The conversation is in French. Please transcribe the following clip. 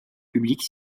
publique